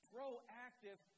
Proactive